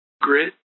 Grit